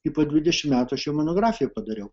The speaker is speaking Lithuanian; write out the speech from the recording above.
ir po dvidešimt metų aš jo monografiją padariau